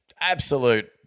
absolute